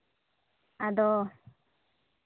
ᱟᱫᱚ